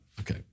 Okay